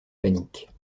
panique